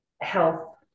health